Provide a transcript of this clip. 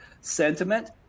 Sentiment